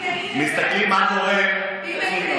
מה קורה, הינה, הינה.